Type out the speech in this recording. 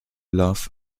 love